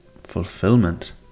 fulfillment